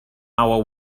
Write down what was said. our